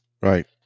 Right